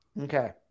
Okay